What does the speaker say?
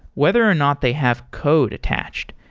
whether or not they have code attached.